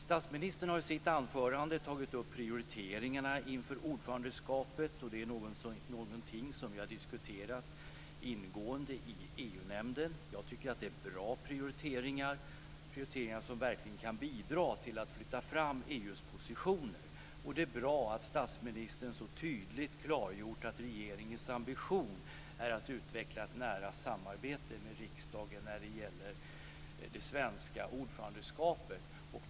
Statsministern har i sitt anförande tagit upp prioriteringarna inför ordförandeskapet, och det är någonting som vi har diskuterat ingående i EU nämnden. Jag tycker att det är bra prioriteringar, som verkligen kan bidra till att flytta fram EU:s positioner. Det är bra att statsministern så tydligt har klargjort att regeringens ambition är att utveckla ett nära samarbete med riksdagen när det gäller det svenska ordförandeskapet.